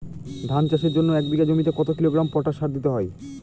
ধান চাষের জন্য এক বিঘা জমিতে কতো কিলোগ্রাম পটাশ সার দিতে হয়?